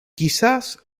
quizás